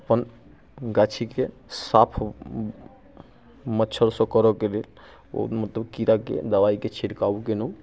अपन गाछीके साफ मच्छरसँ करऽके लेल ओ मतलब कीड़ाके दबाइके छिड़काव केलहुँ